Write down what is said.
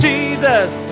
Jesus